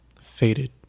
faded